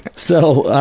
so,